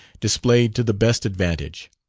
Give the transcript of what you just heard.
displayed to the best advantage.